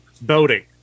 boating